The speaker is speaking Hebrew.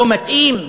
לא מתאים?